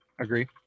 Agree